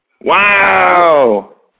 Wow